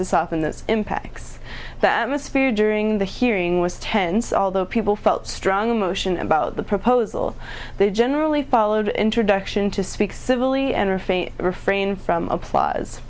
to soften the impacts that atmosphere during the hearing was tense although people felt strong emotion about the proposal they generally followed introduction to speak civilly and faith refrain from applause